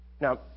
Now